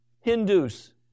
Hindus